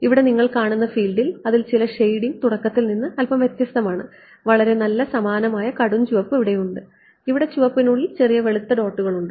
ഇവിടെ നിങ്ങൾ കാണുന്ന ഫീൽഡിൽ അതിൽ ചില ഷേഡിംഗ് തുടക്കത്തിൽ നിന്ന് അല്പം വ്യത്യസ്തമാണ് വളരെ നല്ല സമാനമായ കടും ചുവപ്പ് ഇവിടെയുണ്ട് ഇവിടെ ചുവപ്പിനുള്ളിൽ ചെറിയ വെളുത്ത ഡോട്ടുകൾ ഉണ്ട്